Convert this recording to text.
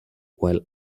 while